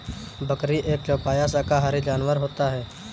बकरी एक चौपाया शाकाहारी जानवर होता है